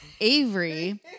Avery